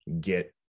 get